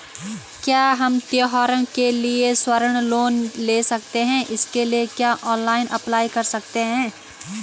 क्या हम त्यौहारों के लिए स्वर्ण लोन ले सकते हैं इसके लिए क्या ऑनलाइन अप्लाई कर सकते हैं?